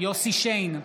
יוסף שיין,